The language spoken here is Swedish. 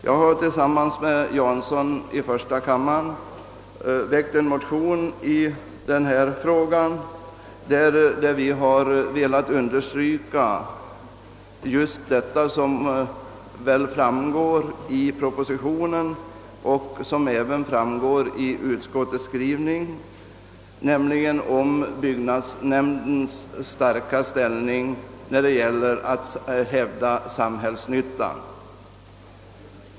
Jag har tillsammans med herr Erik Jansson i första kammaren väckt en motion i denna fråga, i vilken vi velat understryka just det som framgår av propositionen och även av utskottets skrivning, nämligen byggnadsnämndens starka ställning då det gäller hävdandet av samhällsnyttan.